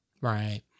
Right